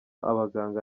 abaganga